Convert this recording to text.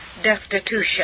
destitution